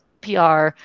PR